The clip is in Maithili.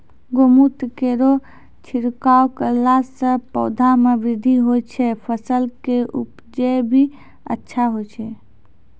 गौमूत्र केरो छिड़काव करला से पौधा मे बृद्धि होय छै फसल के उपजे भी अच्छा होय छै?